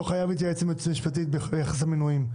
חייב להתייעץ עם היועץ המשפטי ביחס למינויים.